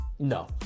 No